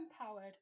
empowered